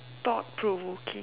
thought provoking